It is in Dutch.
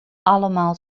allemaal